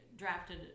drafted